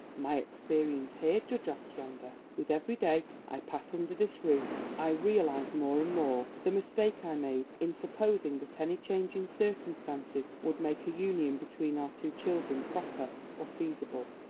my experience here, judge ostrander. with every day i pass under this roof, i realise more and more the mistake i made in supposing that any change in circumstances would make a union between our two children proper or feasible.